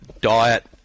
diet